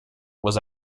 was